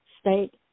state